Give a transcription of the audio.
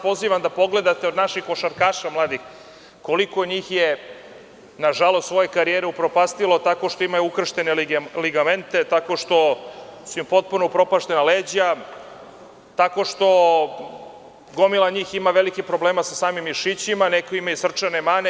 Pozivam vas da pogledate od naših mladih košarkaša koliko njih je nažalost svoje karijere upropastilo tako što imaju ukrštene ligamente, tako što su im potpuno upropašćena leđa, tako što gomila njih ima velikih problema sa samim mišićima, neki imaju i srčane mane.